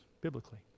biblically